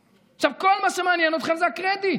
עכשיו, כל מה שמעניין אתכם זה הקרדיט.